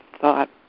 thought